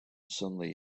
suddenly